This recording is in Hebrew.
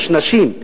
יש נשים,